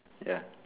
ya